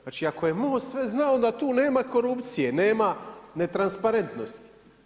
Znači, ako je MOST sve znao, onda tu nema korupcije, nema netransparentnosti.